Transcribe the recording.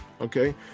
okay